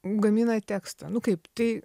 gamina tekstą nu kaip tai